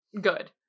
good